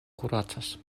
kuracas